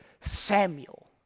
Samuel